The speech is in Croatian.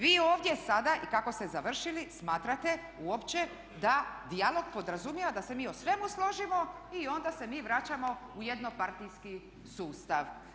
Vi ovdje sada kako ste završili smatrate uopće da dijalog podrazumijeva da se mi o svemu složimo i onda se mi vraćamo u jednopartijski sustav.